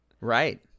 Right